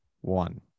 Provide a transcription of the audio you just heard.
one